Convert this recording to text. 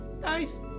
Nice